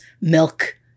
milk